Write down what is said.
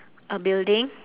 a building